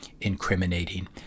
incriminating